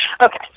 Okay